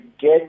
get